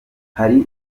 hari